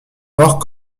mort